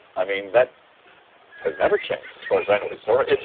i mean that has never changed as far as i know historically.